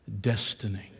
destiny